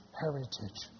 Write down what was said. heritage